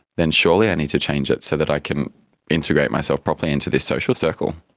then surely i need to change it so that i can integrate myself properly into this social circle.